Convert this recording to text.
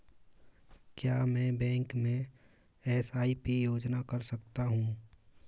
क्या मैं बैंक में एस.आई.पी योजना कर सकता हूँ?